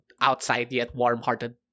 outside-yet-warm-hearted